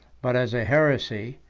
but as a heresy,